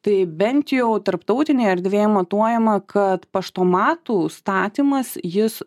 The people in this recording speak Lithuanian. tai bent jau tarptautinėje erdvėje matuojama kad paštomatų statymas jis